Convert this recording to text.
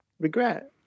Regret